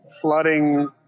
flooding